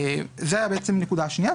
זאת הייתה הנקודה השנייה.